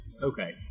okay